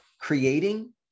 creating